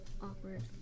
awkward